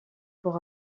pour